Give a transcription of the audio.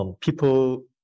People